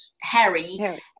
Harry